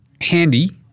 Handy